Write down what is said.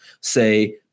say